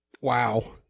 wow